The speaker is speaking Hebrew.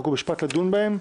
חוק ומשפט לדון בהם.